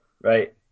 right